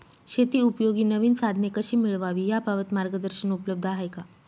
शेतीउपयोगी नवीन साधने कशी मिळवावी याबाबत मार्गदर्शन उपलब्ध आहे का?